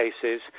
cases